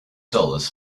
dollars